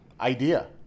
idea